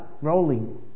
rolling